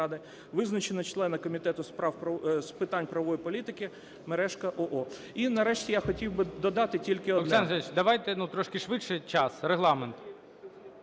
визначено члена Комітету з питань правової політики Мережко О.О. І нарешті я хотів би додати тільки одне…